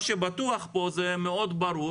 מה שבטוח פה, זה מאוד ברור